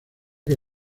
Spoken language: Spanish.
que